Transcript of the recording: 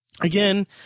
again